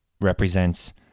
represents